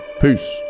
peace